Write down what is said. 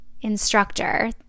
instructor